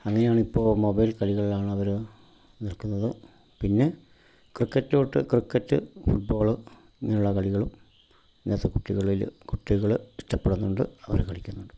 അങ്ങനെയാണിപ്പോൾ mobile കളികളികളാണവർ നിൽക്കുന്നത് പിന്നെ ക്രിക്കറ്റിലോട്ട് ക്രിക്കറ്റ് ഫുട്ബോള് ഇങ്ങനെയുള്ള കളികളും ഇന്നത്തെ കുട്ടികളിൽ കുട്ടികൾ ഇഷ്ടപ്പെടുന്നുണ്ട് അവർ കളിക്കുന്നുണ്ട്